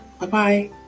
Bye-bye